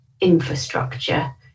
infrastructure